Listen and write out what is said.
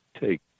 take